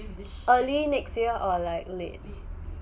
early next year or like late